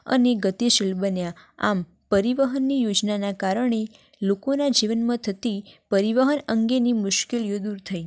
અને ગતિશીલ બન્યા આમ પરિવહનની યોજનાના કારણે લોકોના જીવનમાં થતી પરિવહન અંગેની મુશ્કેલીઓ દૂર થઈ